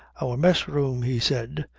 our mess-room, he said,